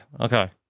Okay